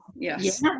yes